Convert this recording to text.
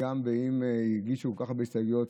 אם הגישו כל כך הרבה הסתייגויות.